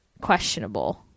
questionable